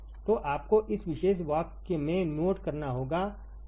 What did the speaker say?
तो आपको इस विशेष वाक्य को नोट करना होगा